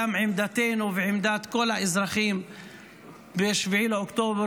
את עמדתנו ועמדת כל האזרחים ב-7 באוקטובר,